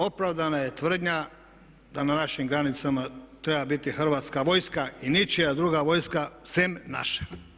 Opravdana je tvrdnja da na našim granicama treba biti hrvatska vojska i ničija druga vojska sem naša.